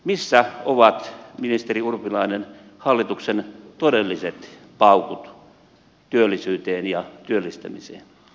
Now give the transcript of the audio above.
missä ovat ministeri urpilainen hallituksen todelliset paukut työllisyyteen ja työllistämiseen